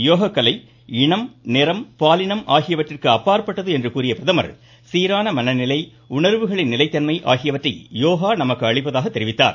யோகக் கலை இனம் நிறம் பாலினம் ஆகியவற்றிற்கு அப்பாற்பட்டது என்று கூறிய பிரதமா் சீரான மனநிலை உணா்வுகளின் நிலைத்தன்மை ஆகியவற்றை யோகா நமக்கு அளிப்பதாக தெரிவித்தார்